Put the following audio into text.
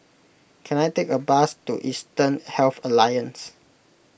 can I take a bus to Eastern Health Alliance